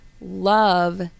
love